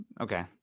Okay